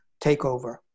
takeover